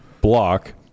block